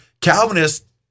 Calvinists